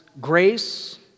grace